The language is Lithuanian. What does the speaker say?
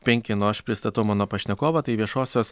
penki nu o aš pristatau mano pašnekovą tai viešosios